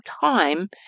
time